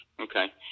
Okay